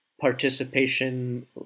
participation